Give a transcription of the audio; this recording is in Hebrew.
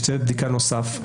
יש צוות בדיקה נוסף,